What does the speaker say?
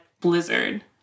blizzard